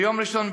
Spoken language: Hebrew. ביום ראשון,